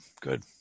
good